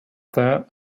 that